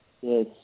Yes